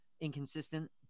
inconsistent